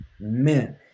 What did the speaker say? man